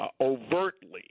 overtly